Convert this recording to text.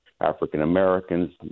African-Americans